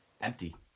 Empty